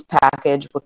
package